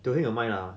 Teo Heng 有卖 lah